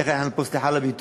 איך אנחנו פה, סליחה על הביטוי,